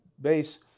base